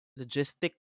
logistic